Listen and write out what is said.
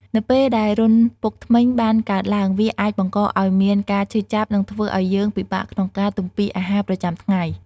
នៅពេលដែលរន្ធពុកធ្មេញបានកើតឡើង វាអាចបង្កឱ្យមានការឈឺចាប់ និងធ្វើឱ្យយើងពិបាកក្នុងការទំពារអាហារប្រចាំថ្ងៃ។